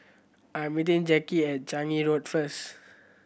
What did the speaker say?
I am meeting Jacki at Changi Road first